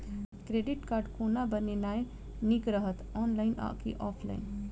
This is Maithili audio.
क्रेडिट कार्ड कोना बनेनाय नीक रहत? ऑनलाइन आ की ऑफलाइन?